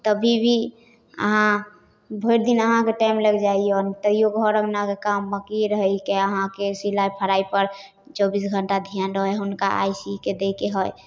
तभी भी अहाँ भरिदिन अहाँके टाइम लागि जाइए तैओ घर अँगनाके काम बाँकिए रहै हिकै अहाँके सिलाइ फड़ाइपर चौबिस घण्टा धिआन रहै हुनका आइ सीके दैके हइ